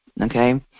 okay